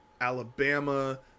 alabama